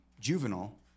juvenile